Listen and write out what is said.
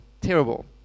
terrible